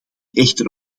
echter